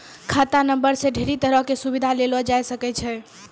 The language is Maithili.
खाता नंबरो से ढेरी तरहो के सुविधा लेलो जाय सकै छै